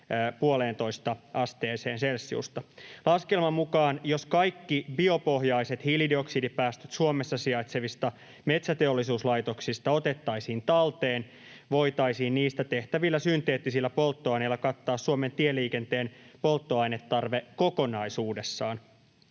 rajoittaa 1,5 asteeseen celsiusta. Laskelman mukaan, jos kaikki biopohjaiset hiilidioksidipäästöt Suomessa sijaitsevista metsäteollisuuslaitoksista otettaisiin talteen, voitaisiin niistä tehtävillä synteettisillä polttoaineilla kattaa Suomen tieliikenteen polttoainetarve kokonaisuudessaan.